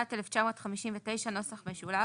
התשי"ט-1959 (נוסח משולב)